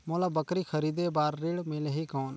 मोला बकरी खरीदे बार ऋण मिलही कौन?